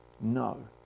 No